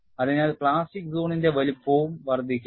അതിനാൽ പ്ലാസ്റ്റിക് സോണിന്റെ വലുപ്പവും വർദ്ധിക്കും